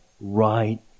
right